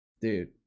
dude